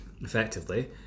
effectively